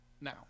Now